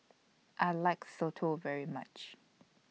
I like Soto very much